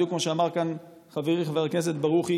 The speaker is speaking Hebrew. בדיוק כמו שאמר כאן חברי חבר הכנסת ברוכי.